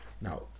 Now